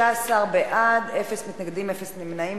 16 בעד, אין מתנגדים, אין נמנעים.